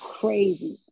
crazy